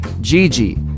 Gigi